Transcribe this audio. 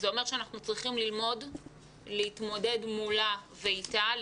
זה אומר שאנחנו צריכים ללמוד להתמודד מולה ואתה,